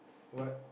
what